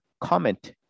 comment